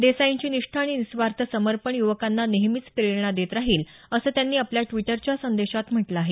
देसाईंची निष्ठा आणि निस्वार्थ समर्पण युवकांना नेहमीच प्रेरणा देत राहील असं त्यांनी आपल्या ड्विटरच्या संदेशात म्हटलं आहे